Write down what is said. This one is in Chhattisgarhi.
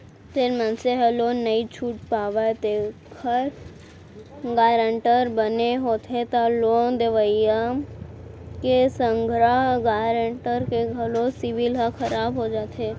जेन मनसे ह लोन नइ छूट पावय तेखर गारेंटर बने होथे त लोन लेवइया के संघरा गारेंटर के घलो सिविल ह खराब हो जाथे